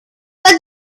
but